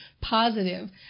positive